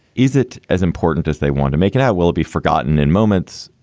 is it as important as they want to make it out? will it be forgotten in moments?